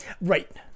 Right